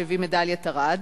שהביא מדליית ארד,